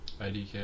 IDK